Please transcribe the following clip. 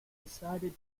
decided